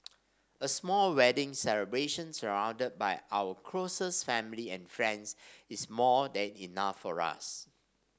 a small wedding celebration surrounded by our closest family and friends is more than enough for us